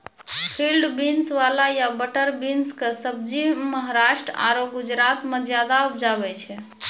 field beans, वाल या butter bean कॅ सब्जी महाराष्ट्र आरो गुजरात मॅ ज्यादा उपजावे छै